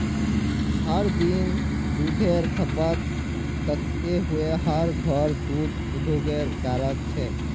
हर दिन दुधेर खपत दखते हुए हर घोर दूध उद्द्योगेर ग्राहक छे